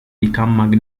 become